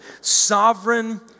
sovereign